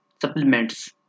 supplements